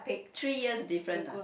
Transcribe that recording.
three years different ah